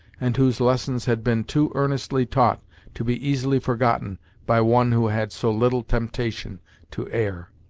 and whose lessons had been too earnestly taught to be easily forgotten by one who had so little temptation to err.